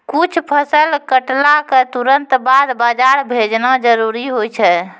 कुछ फसल कटला क तुरंत बाद बाजार भेजना जरूरी होय छै